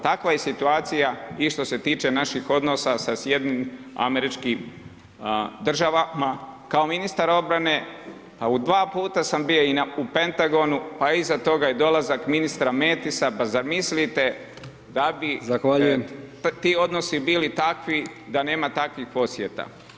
Takva je situacija i što se tiče naših odnosa sa SAD-om, kao ministar obrane a u dva puta sam bio u Pentagonu pa iza toga i dolazak ministra Matisa, pa zamislite da bi [[Upadica: Zahvaljujem.]] ti odnosi bili takvi da nema takvih posjeta.